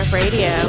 radio